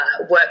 work